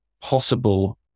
possible